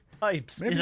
pipes